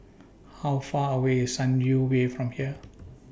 How Far away IS Sunview Way from here